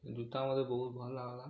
ଯୁତା ମୋତେ ବହୁତ୍ ଭଲ୍ ଲାଗଲା